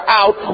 out